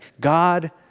God